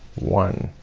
one,